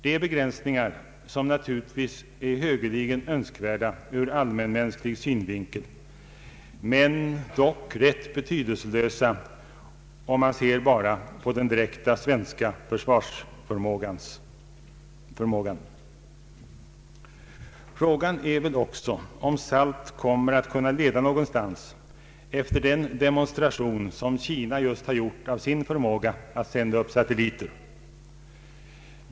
De begränsningarna är naturligtvis högeligen önskvärda ur allmänmänsklig synvinkel men rätt betydelselösa, om man ser på den direkta svenska försvarsförmågan. Frågan är väl också om SALT kommer att kunna leda någonstans efter den demonstration som Kina just har gjort av sin förmåga att sända upp satelliter.